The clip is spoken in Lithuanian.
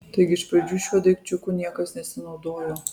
taigi iš pradžių šiuo daikčiuku niekas nesinaudojo